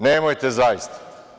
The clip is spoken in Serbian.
Nemojte, zaista.